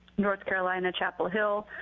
north carolina chapel hill,